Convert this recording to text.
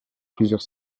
plusieurs